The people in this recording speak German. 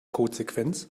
codesequenz